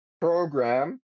program